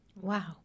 Wow